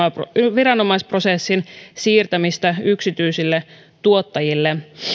viranomaisprosessin siirtämistä yksityisille tuottajille